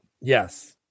Yes